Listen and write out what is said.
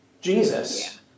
Jesus